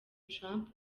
trump